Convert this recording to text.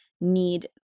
need